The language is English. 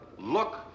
Look